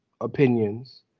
opinions